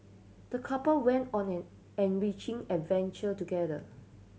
the couple went on an enriching adventure together